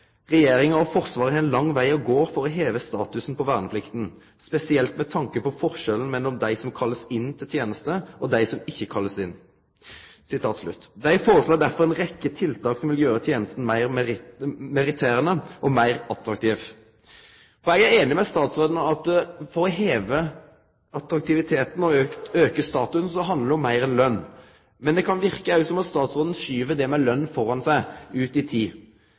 Forsvaret har ein lang veg å gå for å heve statusen for verneplikta, spesielt med tanke på forskjellen mellom dei som blir kalla inn til teneste, og dei som ikkje blir kalla inn. Dei foreslår derfor ei rekkje tiltak som vil gjere tenesta meir meritterande og meir attraktiv. Eg er einig med statsråden i at å heve attraktiviteten og auke statusen handlar om meir enn løn. Men det kan verke som om statsråden skyv det med løn framfor seg ut i tid.